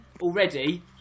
already